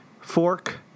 Fork